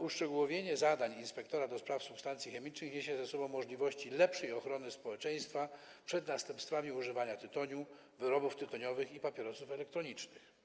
Uszczegółowienie zadań inspektora do spraw substancji chemicznych niesie ze sobą możliwości lepszej ochrony społeczeństwa przed następstwami używania tytoniu, wyrobów tytoniowych i papierosów elektronicznych.